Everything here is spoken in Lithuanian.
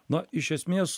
na iš esmės